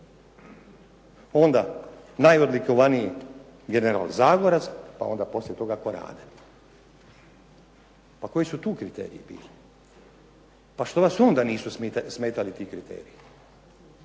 Onda najodlikovaniji general Zagorac, pa onda poslije toga Korade. Pa koji su tu kriteriji bili? Pa što nas onda nisu smetali ti kriteriji?